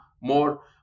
more